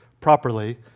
properly